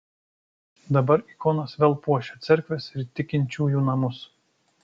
dabar ikonos vėl puošia cerkves ir tikinčiųjų namus